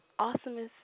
awesomest